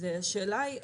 השאלה היא,